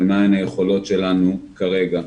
ומה הן היכולות שלנו כרגע.